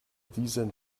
diesen